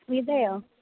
സ്മിതയോ